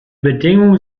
bedingungen